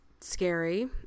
scary